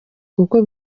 kuko